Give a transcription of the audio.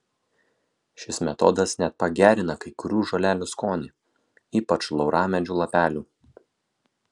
šis metodas net pagerina kai kurių žolelių skonį ypač lauramedžių lapelių